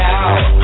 out